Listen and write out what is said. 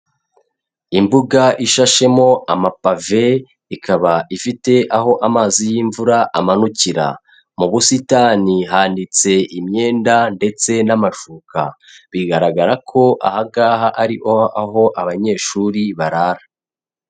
Imbuga ishashemo amapave, ikaba ifite aho amazi y'imvura amanukira. Mu busitani hanitse imyenda ndetse n'amashuka. Bigaragara ko aho ngaho ari ho abanyeshuri barara.